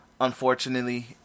unfortunately